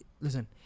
Listen